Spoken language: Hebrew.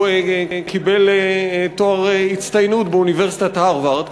קיבל תואר בהצטיינות באוניברסיטת הרווארד,